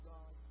God